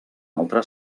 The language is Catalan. altre